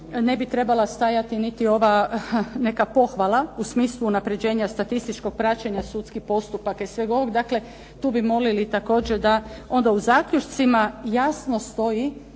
ne bi trebala stajati niti ova neka pohvala u smislu unapređenja statističkog praćenja sudskih postupaka i svega ovog. Dakle tu bi molili također da. Onda u zaključcima jasno stoji